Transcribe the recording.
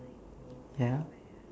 ya